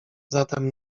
zatem